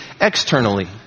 externally